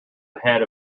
ahead